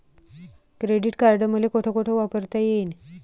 Credit card मले कोठ कोठ वापरता येईन?